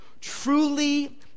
Truly